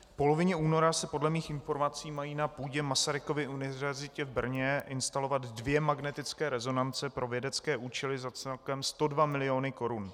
V polovině února se podle mých informací mají na půdě Masarykovy univerzity v Brně instalovat dvě magnetické rezonance pro vědecké účely za celkem 102 milionů korun.